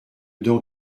dent